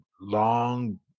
long